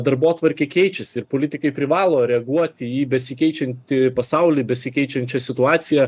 darbotvarkė keičiasi ir politikai privalo reaguoti į besikeičiantį pasaulį besikeičiančią situaciją